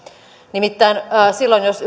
nimittäin silloin jos